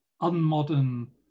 unmodern